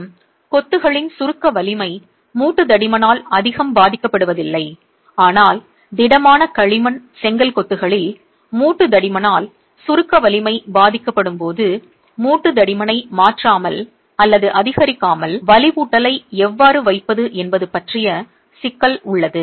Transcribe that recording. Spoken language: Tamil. மற்றும் கொத்துகளின் சுருக்க வலிமை மூட்டு தடிமனால் அதிகம் பாதிக்கப்படுவதில்லை ஆனால் திடமான களிமண் செங்கல் கொத்துகளில் மூட்டு தடிமனால் சுருக்க வலிமை பாதிக்கப்படும் போது மூட்டு தடிமனை மாற்றாமல் அல்லது அதிகரிக்காமல் வலுவூட்டலை எவ்வாறு வைப்பது என்பது பற்றிய சிக்கல் உள்ளது